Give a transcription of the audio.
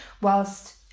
whilst